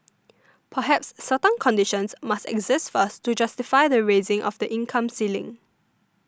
perhaps certain conditions must exist first to justify the raising of the income ceiling